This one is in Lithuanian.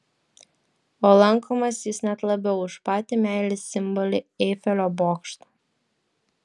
o lankomas jis net labiau už patį meilės simbolį eifelio bokštą